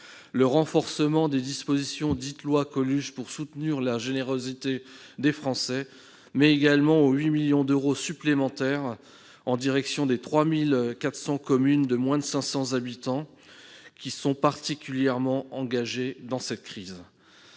au renforcement des dispositions, dites loi Coluche, pour soutenir la générosité des Français, mais également aux 8 millions d'euros supplémentaires en direction des 3 400 communes de moins de 500 habitants, qui sont particulièrement engagées dans cette crise.